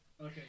Okay